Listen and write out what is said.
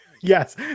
yes